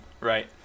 right